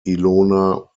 ilona